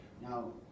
Now